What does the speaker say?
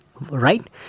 right